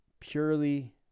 purely